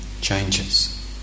changes